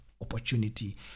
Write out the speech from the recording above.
opportunity